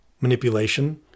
manipulation